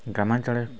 ଗ୍ରାମାଞ୍ଚଳରେ